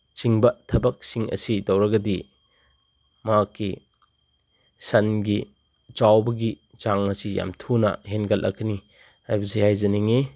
ꯆꯤꯡꯕ ꯊꯕꯛꯁꯤꯡ ꯑꯁꯤ ꯇꯧꯔꯒꯗꯤ ꯃꯍꯥꯛꯀꯤ ꯁꯟꯒꯤ ꯆꯥꯎꯕꯒꯤ ꯆꯥꯡ ꯑꯁꯤ ꯌꯥꯝ ꯊꯨꯅ ꯍꯦꯟꯒꯠꯂꯛꯀꯅꯤ ꯍꯥꯏꯕꯁꯦ ꯍꯥꯏꯖꯅꯤꯡꯉꯤ